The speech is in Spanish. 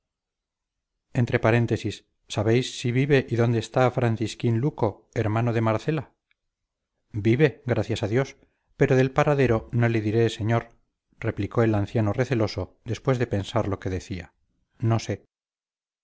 entre paréntesis sabéis si vive y dónde está francisquín luco hermano de marcela vive gracias a dios pero del paradero no le diré señor replicó el anciano receloso después de pensar lo que decía no sé